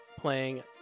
playing